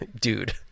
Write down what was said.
dude